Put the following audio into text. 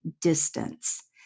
distance